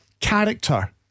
character